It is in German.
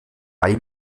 weil